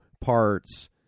parts